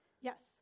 Yes